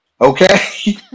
okay